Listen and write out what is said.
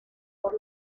por